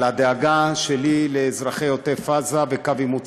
על הדאגה שלי לאזרחי עוטף עזה וקו עימות צפון.